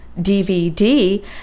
DVD